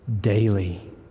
daily